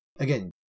Again